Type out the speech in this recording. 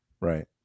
right